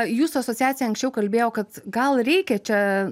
jūsų asociacija anksčiau kalbėjo kad gal reikia čia